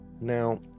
Now